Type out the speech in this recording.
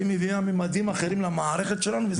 שהיא מביאה ממדים אחרים למערכת שלנו.